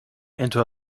into